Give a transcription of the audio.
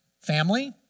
family